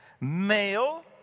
Male